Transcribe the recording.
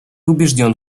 убежден